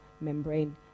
membrane